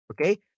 Okay